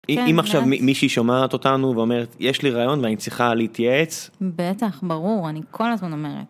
אם עכשיו מישהי שומעת אותנו ואומרת יש לי רעיון ואני צריכה להתייעץ, בטח ברור אני כל הזמן אומרת.